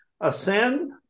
ascend